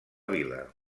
vila